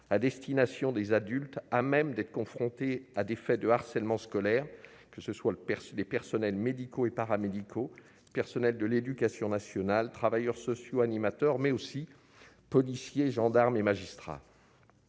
à destination des adultes à même d'être confrontés à des faits de harcèlement scolaire : personnels médicaux et paramédicaux, personnels de l'éducation nationale, travailleurs sociaux et animateurs, mais aussi policiers, gendarmes et magistrats.